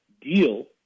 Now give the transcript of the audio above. deal